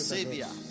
savior